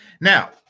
Now